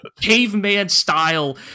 caveman-style